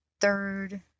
third